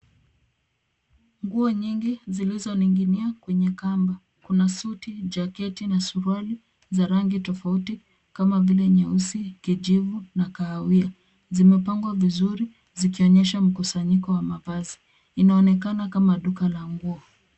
Nguo nyingi zilizoning'inia kwenye kamba, kuna suti, jaketi na suruali za rangi tofauti kama vile nyeusi, kijivu na kahawia. Zimepangwa vizuri zikionesha mkusanyiko wa mavazi. Inaonekana kama duka la nguo.